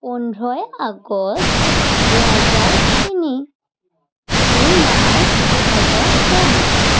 পোন্ধৰ আগষ্ট দুহেজাৰ তিনি দুই মাৰ্চ দুহাজাৰ চৌব্বিছ